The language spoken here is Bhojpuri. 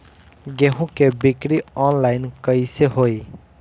गेहूं के बिक्री आनलाइन कइसे होई?